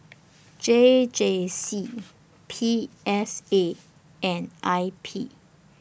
J J C P S A and I P